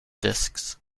discs